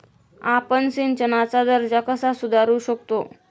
आपण सिंचनाचा दर्जा कसा सुधारू शकतो?